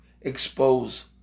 expose